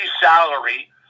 salary